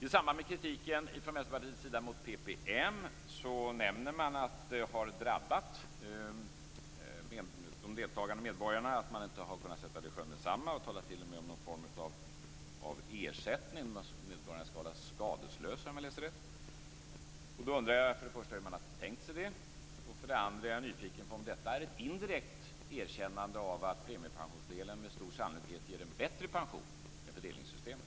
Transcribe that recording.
I samband med kritiken från Vänsterpartiets sida mot PPM nämner man att de deltagande medborgarna har drabbats av att man inte har kunnat sätta systemet i sjön meddetsamma, och man talar t.o.m. om någon form av ersättning för detta. Medborgarna skall, om jag läser rätt, hållas skadeslösa. Jag undrar för det första hur man har tänkt sig detta. För det andra är jag nyfiken på om detta är ett indirekt erkännande av att premiepensionsdelen med stor sannolikhet ger en bättre pension än fördelningssystemet.